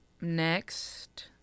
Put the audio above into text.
next